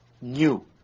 new